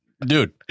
Dude